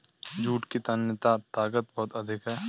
jute की तन्यता ताकत बहुत अधिक है